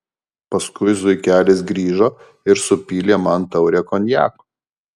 paskui zuikelis grįžo ir supylė man taurę konjako